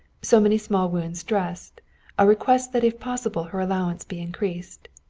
so many small wounds dressed a request that if possible her allowance be increased.